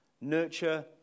Nurture